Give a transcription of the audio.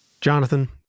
Jonathan